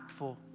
impactful